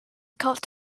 caused